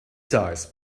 dice